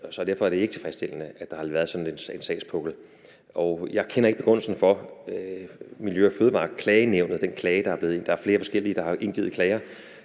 derfor er det ikke tilfredsstillende, at der har været sådan en sagspukkel. Jeg kender ikke begrundelsen for den klage til Miljø- og Fødevareklagenævnet – der er flere forskellige, der har indgivet klager